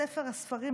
בספר הספרים,